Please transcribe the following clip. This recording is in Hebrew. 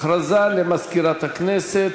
הודעה למזכירת הכנסת,